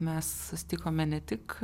mes susitikome ne tik